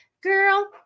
girl